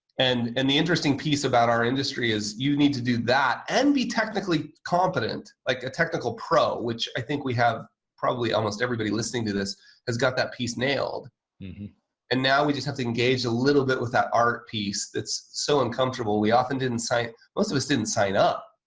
and and the interesting piece about our industry is you need to do that and be technically competent, like a technical pro which i think we have probably almost everybody listening to this has got that piece nailed and now we just have to engage a little bit with that art piece that's so uncomfortable we often didn't sign. most of us didn't sign up